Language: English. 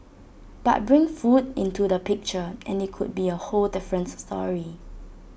but bring food into the picture and IT could be A whole different story